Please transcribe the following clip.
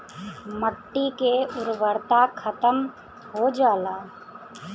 मट्टी के उर्वरता खतम हो जाला